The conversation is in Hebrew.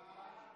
נמנעים,